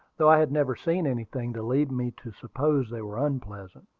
though i had never seen anything to lead me to suppose they were unpleasant.